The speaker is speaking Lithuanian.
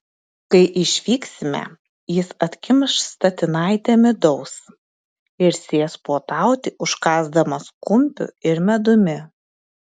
kai išvyksime jis atkimš statinaitę midaus ir sės puotauti užkąsdamas kumpiu ir medumi